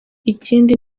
ikindi